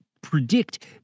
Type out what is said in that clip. predict